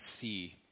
see